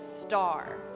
star